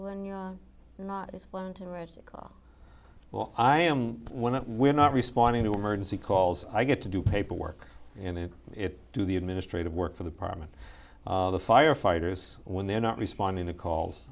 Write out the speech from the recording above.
when you're not as well i am when it we're not responding to emergency calls i get to do paperwork and it do the administrative work for the parliament the firefighters when they're not responding to calls